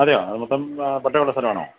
അതെയോ അത് മൊത്തം പട്ടയമുള്ള സ്ഥലമാണോ